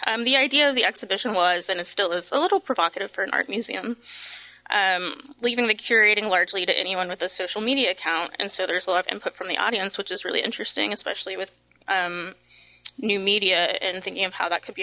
curator the idea the exhibition was and it still is a little provocative for an art museum leaving the curating largely to anyone with a social media account and so there's a lot of input from the audience which is really interesting especially with new media and thinking of how that could be